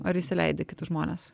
ar įsileidi kitus žmones